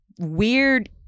weird